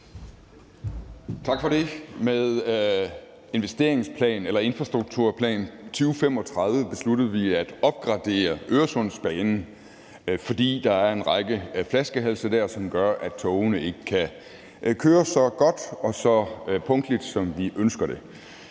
Tak for det. Med »Aftale om Infrastrukturplan 2035« besluttede vi at opgradere Øresundsbanen, fordi der er en række flaskehalse dér, som gør, at togene ikke kan køre så godt og så punktligt, som vi ønsker det.